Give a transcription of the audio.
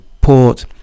Port